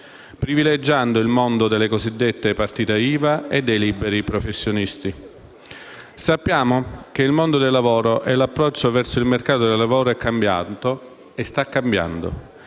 privilegiando il mondo delle cosiddette partite IVA e dei liberi professionisti. Sappiamo che il mondo del lavoro e l'approccio verso il mercato del lavoro sono cambiati e stanno cambiando.